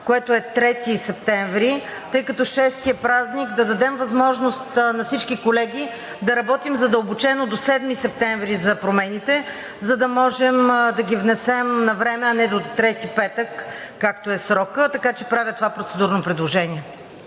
което е 3 септември 2021 г. Тъй като 6 септември е празник, да дадем възможност на всички колеги да работим задълбочено до 7 септември за промените, за да може да ги внесем навреме, а не до 3 септември 2021 г., петък. Така че правя това процедурно предложение.